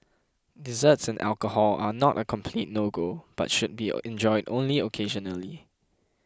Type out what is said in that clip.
desserts and alcohol are not a complete no go but should be enjoyed only occasionally